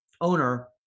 owner